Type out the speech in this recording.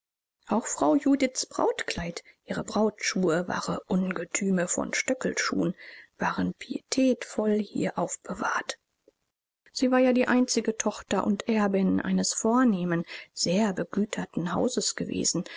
auch frau judiths brautkleid ihre brautschuhe wahre ungetüme von stöckelschuhen waren pietätvoll hier aufbewahrt sie war ja die einzige tochter und erbin eines vornehmen sehr begüterten hauses gewesen